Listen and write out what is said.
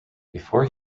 before